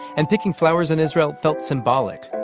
and picking flowers in israel felt symbolic.